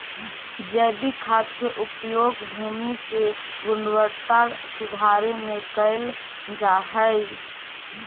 जैविक खाद के उपयोग भूमि के गुणवत्ता सुधारे में कैल जा हई